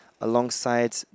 alongside